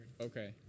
Okay